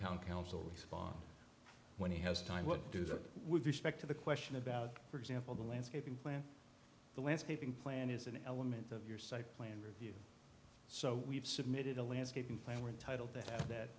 town council respond when he has time would do that with respect to the question about for example the landscaping plant the landscaping plant is an element of your site plan route so we've submitted a landscaping plan were entitled to have that